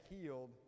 healed